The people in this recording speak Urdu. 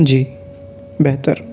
جی بہتر